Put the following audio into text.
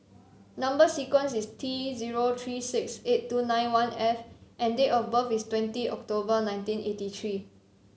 number sequence is T zero three six eight two nine one F and date of birth is twenty October nineteen eighty three